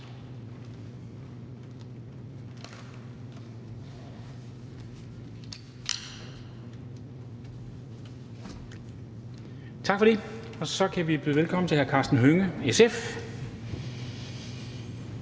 Lidegaard, og så kan vi byde velkommen til hr. Karsten Hønge, SF.